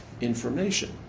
information